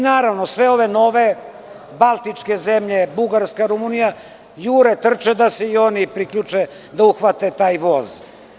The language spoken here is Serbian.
Naravno, i sve ove nove baltičke zemlje, Bugarska, Rumunija, jure i trče da se i one priključe i da uhvate taj voz.